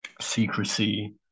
secrecy